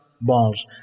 balls